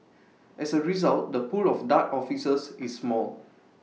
as A result the pool of dart officers is small